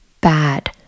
bad